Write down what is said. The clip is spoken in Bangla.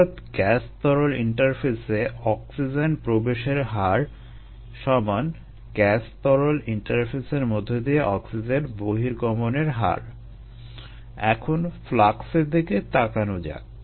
অর্থাৎ গ্যাস তরল ইন্টারফেসে অক্সিজেন প্রবেশের হার গ্যাস তরল ইন্টারফেসের মধ্য দিয়ে অক্সিজেন বহির্গমনের হার এখন ফ্লাক্সের দিকে তাকানো যাক